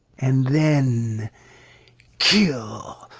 and then kill,